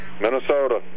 Minnesota